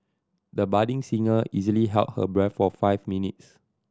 the budding singer easily held her breath for five minutes